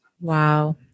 Wow